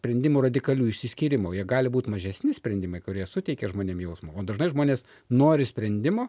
sprendimų radikalių išsiskyrimo jie gali būt mažesni sprendimai kurie suteikia žmonėm jausmą o dažnai žmonės nori sprendimo